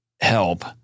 help